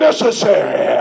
Necessary